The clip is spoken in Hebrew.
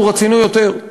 אנחנו רצינו יותר,